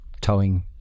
towing